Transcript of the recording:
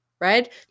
right